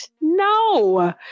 No